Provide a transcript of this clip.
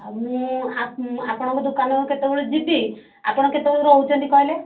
ମୁଁ ଆପଣଙ୍କ ଦୋକାନରୁ କେତେବେଳେ ଯିବି ଆପଣ କେତେବେଳେ ରହୁଛନ୍ତି କହିଲେ